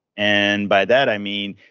and by that, i mean,